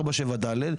4.7ד',